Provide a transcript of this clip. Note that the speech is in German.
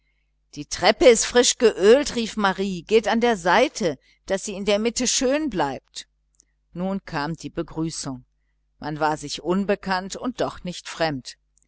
die treppe ist frisch geölt rief marie geht an der seite daß sie in der mitte schön bleibt nun kam die begrüßung man war sich unbekannt und doch nicht fremd